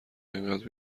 اینقد